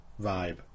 vibe